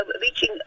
reaching